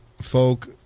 folk